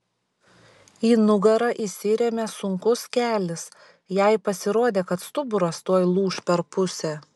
į nugarą įsirėmė sunkus kelis jai pasirodė kad stuburas tuoj lūš per pusę